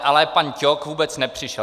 Ale pan Ťok vůbec nepřišel.